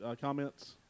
comments